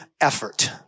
effort